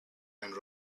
and